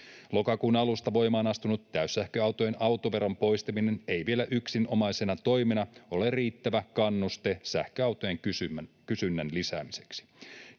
Lokakuun alusta voimaan astunut täyssähköautojen autoveron poistaminen ei vielä yksinomaisena toimena ole riittävä kannuste sähköautojen kysynnän lisäämiseksi.